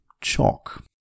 chalk